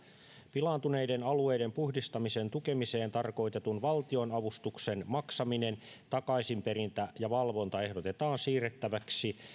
pilaantuneiden alueiden puhdistamisen tukemiseen tarkoitetun valtionavustuksen maksaminen takaisinperintä ja valvonta ehdotetaan siirrettäväksi